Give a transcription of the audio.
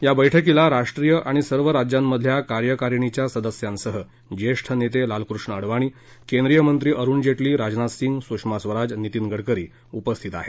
या बैठकीला राष्ट्रीय आणि सर्व राज्यातल्या कार्यकारीणीच्या सदस्यांसह जेष्ठ नेते लालकृष्णं अडवाणी केंद्रीय मंत्री अरुण जेटली राजनाथ सिंग सुषमा स्वराज नितीन गडकरी उपस्थित आहेत